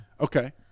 Okay